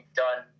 done